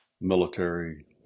military